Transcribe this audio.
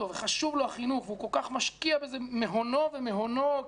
וחשוב לו החינוך והוא כל כך משקיע בזה מאונו ומהונו,